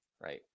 Right